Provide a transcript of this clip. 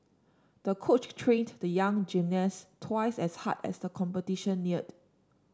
the coach trained the young gymnast twice as hard as the competition neared